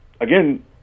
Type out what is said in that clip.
again